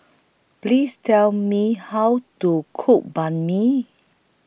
Please Tell Me How to Cook Banh MI